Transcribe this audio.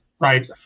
right